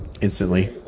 instantly